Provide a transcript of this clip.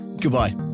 goodbye